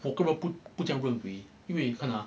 我个人不这样认为因为看啊